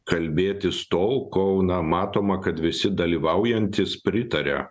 kalbėtis tol kol na matoma kad visi dalyvaujantys pritaria